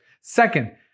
Second